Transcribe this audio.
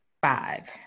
five